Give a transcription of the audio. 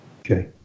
Okay